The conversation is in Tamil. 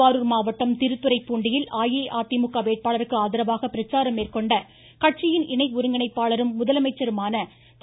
திருவாரூர் மாவட்டம் திருத்துறைப்பூண்டியில் அஇஅதிமுக வேட்பாளருக்கு ஆதரவாக பிரச்சாரம் மேற்கொண்ட கட்சியின் இணை ஒருங்கிணைப்பாளரும் முதலமைச்சருமான திரு